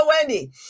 Wendy